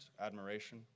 admiration